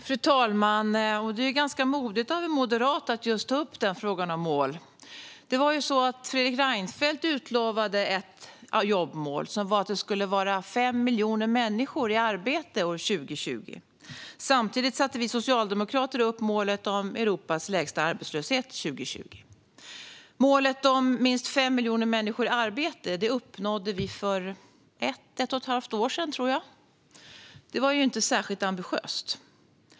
Fru talman! Det är ganska modigt av en moderat att ta upp frågan om mål. Fredrik Reinfeldt hade ett jobbmål. Han utlovade att det skulle vara 5 miljoner människor i arbete år 2020. Samtidigt satte vi socialdemokrater upp målet om Europas lägsta arbetslöshet 2020. Målet om minst 5 miljoner människor i arbete uppnådde vi för ett och ett halvt år sedan, tror jag. Det var inte särskilt ambitiöst.